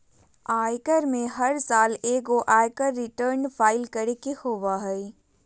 आयकर में हर साल एगो आयकर रिटर्न फाइल करे के होबो हइ